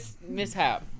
mishap